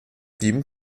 blieben